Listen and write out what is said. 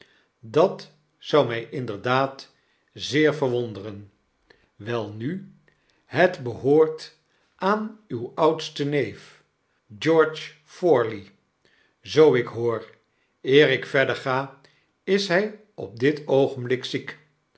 dat zou my inderdaad zeer verwonderen welnu het behoort aan uw oudsten neef george porley zoo ik hoor eer ik verder ga is hy op dit oogenblik ziek